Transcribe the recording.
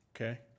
Okay